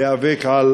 להיאבק על